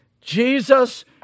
Jesus